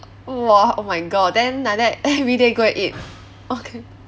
!wah! oh my god then like that everyday go and eat okay